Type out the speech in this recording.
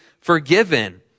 forgiven